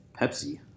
Pepsi